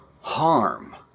harm